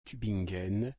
tübingen